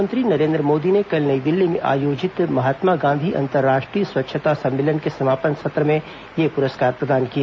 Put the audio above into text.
प्रधानमंत्री नरेन्द्र मोदी ने कल नई दिल्ली में आयोजित महात्मा गांधी अंतर्राष्ट्रीय स्वच्छता सम्मेलन के समापन सत्र में ये पुरस्कार प्रदान किए